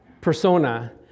persona